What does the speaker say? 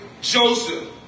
Joseph